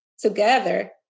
together